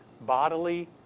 Bodily